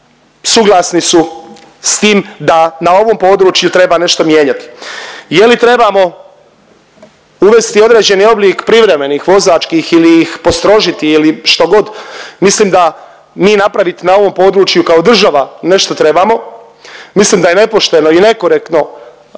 suglasni su s tim da na ovom području treba nešto mijenjati. Je li trebamo uvesti određeni oblik privremenih vozačkih ili ih postrožiti ili što god mislim da mi napravit na ovom području kao država nešto trebamo, mislim da je nepošteno i nekorektno